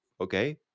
Okay